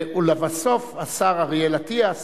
לבסוף השר אריאל אטיאס,